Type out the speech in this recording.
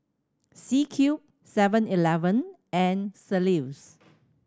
C Cube Seven Eleven and St Ives